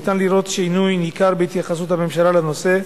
ניתן לראות שינוי ניכר בהתייחסות הממשלה לנושא,